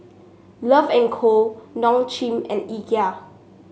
Love and Co Nong and Ikea